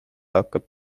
hakkab